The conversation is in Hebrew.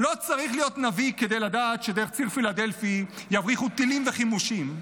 לא צריך להיות נביא כדי לדעת שדרך ציר פילדלפי יבריחו טילים וחימושים,